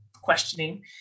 questioning